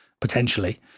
potentially